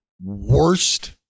worst